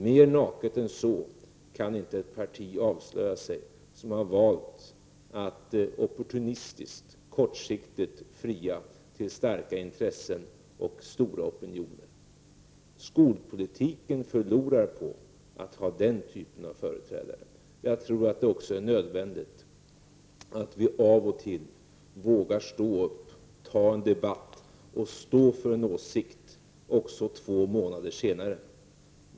Mer naket än så kan inte ett parti avslöja sig som har valt att opportunistiskt och kortsiktigt fria till starka intressen och stora opinioner. Skolpolitiken förlorar på att ha den typen av förträdare. Jag tror att det också är nödvändigt att vi av och till vågar ta en debatt och stå för en åsikt även två månader senare.